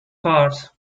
part